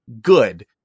good